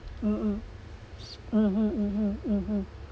mm mm mmhmm mmhmm mmhmm